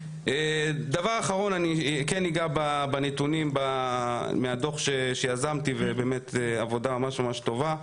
דבר אחרון אני כן אגע בנתונים מהדוח שיזמתי ובאמת עבודה ממש ממש טובה,